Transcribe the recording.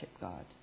God